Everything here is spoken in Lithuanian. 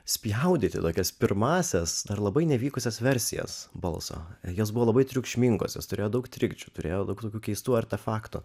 spjaudyti tokias pirmąsias dar labai nevykusias versijas balso jos buvo labai triukšmingosios jos turėjo daug trikdžių turėjo daug tokių keistų artefaktų